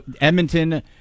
Edmonton